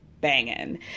banging